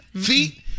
feet